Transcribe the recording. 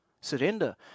Surrender